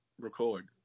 record